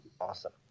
Awesome